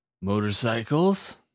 motorcycles